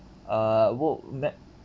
uh wo~ ma~